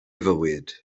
fywyd